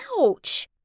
Ouch